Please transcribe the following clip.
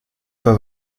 pas